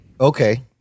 Okay